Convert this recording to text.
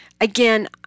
again